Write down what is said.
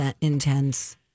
intense